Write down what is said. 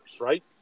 right